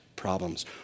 problems